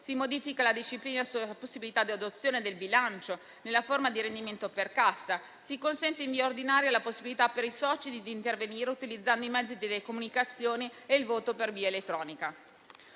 Si modifica la disciplina sulla possibilità di adozione del bilancio nella forma di rendiconto per cassa; si consente in via ordinaria la possibilità per i soci di intervenire utilizzando i mezzi delle telecomunicazioni e il voto per via elettronica.